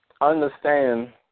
understand